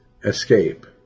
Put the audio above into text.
escape